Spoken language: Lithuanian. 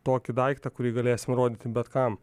tokį daiktą kurį galėsim rodyti bet kam